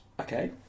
Okay